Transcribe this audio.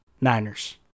Niners